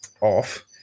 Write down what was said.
off